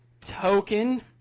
token